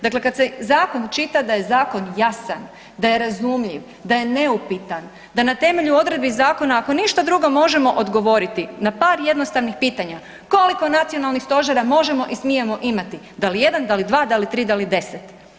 Dakle, kad se zakon čita da je zakon jasan, da je razumljiv, da je neupitan, da na temelju odredbi zakona ako ništa drugo možemo odgovoriti na par jednostavnih pitanja, koliko nacionalnih stožera možemo i smijemo imati, da li jedan, da li dva, da li tri, da li deset.